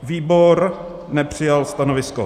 Výbor nepřijal stanovisko.